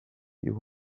you